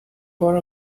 for